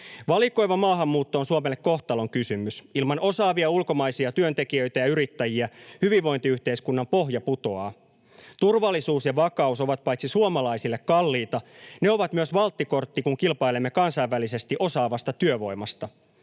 Valikoiva maahanmuutto on Suomelle kohtalonkysymys: Ilman osaavia ulkomaisia työntekijöitä ja yrittäjiä hyvinvointiyhteiskunnan pohja putoaa. Turvallisuus ja vakaus ovat paitsi suomalaisille kalliita myös valttikortti, kun kilpailemme kansainvälisesti osaavasta työvoimasta.